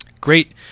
Great